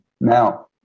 Now